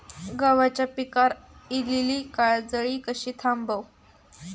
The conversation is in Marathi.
गव्हाच्या पिकार इलीली काजळी कशी थांबव?